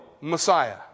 Messiah